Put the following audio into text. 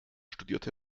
studierte